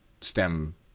stem